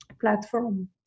platform